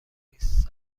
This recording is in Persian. نیست